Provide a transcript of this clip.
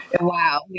wow